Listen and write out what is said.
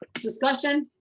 discussion.